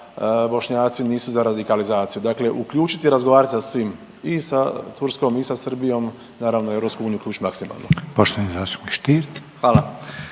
Bošnjaci nisu za radikalizaciju, dakle uključiti i razgovarati sa svim i sa Turskom i sa Srbijom i naravno EU uključit maksimalno. **Reiner, Željko